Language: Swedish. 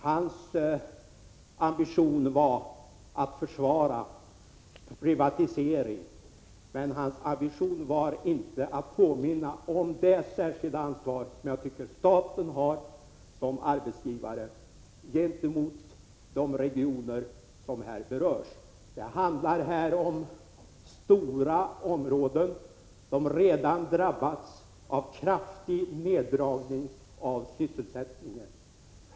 Hans ambition var att försvara privatisering men inte att påminna om det särskilda ansvar som jag tycker staten har som arbetsgivare gentemot de regioner som här berörs. Det handlar om stora områden som redan drabbats av kraftiga neddragningar i sysselsättningen.